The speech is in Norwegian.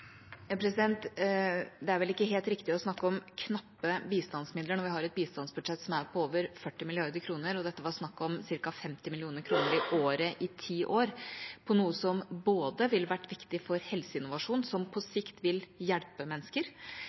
Det er vel ikke helt riktig å snakke om knappe bistandsmidler når vi har et bistandsbudsjett som er på over 40 mrd. kr, og dette var snakk om ca. 50 mill. kr i året i ti år – på noe som ville vært viktig for helseinnovasjon, som på sikt vil hjelpe mennesker.